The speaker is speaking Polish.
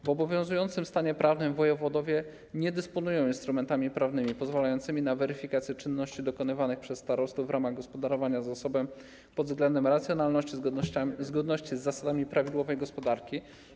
W obowiązującym stanie prawnym wojewodowie nie dysponują instrumentami prawnymi pozwalającymi na weryfikację czynności dokonywanych przez starostów w ramach gospodarowania zasobem pod względem racjonalności i zgodności z zasadami prawidłowej gospodarki.